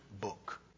book